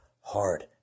hard